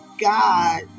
God